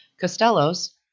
Costello's